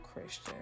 Christian